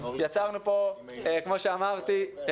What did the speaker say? כמו שאמרתי,